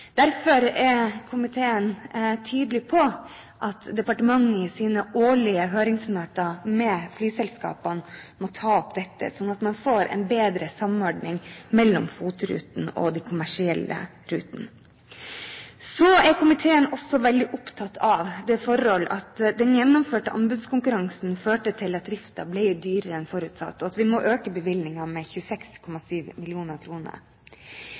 Derfor er komiteen tydelig på at departementets årlige høringsmøter med flyselskapene må ta dette opp, slik at man får en bedre samordning mellom FOT-rutene og de kommersielle rutene. Så er komiteen også veldig opptatt av det forholdet at den gjennomførte anbudskonkurransen førte til at driften ble dyrere enn forutsatt, og at vi må øke bevilgningene med 26,7